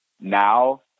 now